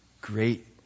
great